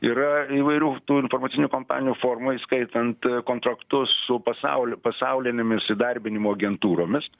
yra įvairių tų informacinių kampanijų formų įskaitant kontraktus su pasauliu pasaulinėmis įdarbinimo agentūromis